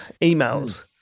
emails